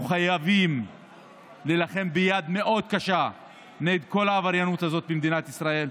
אנחנו חייבים להילחם ביד מאוד קשה נגד כל העבריינות הזאת במדינת ישראל,